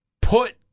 put